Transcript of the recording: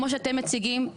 כמו שאתם מציגים,